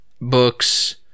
books